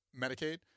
Medicaid